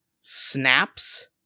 snaps